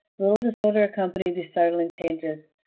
little disorder accompanied these startling changes.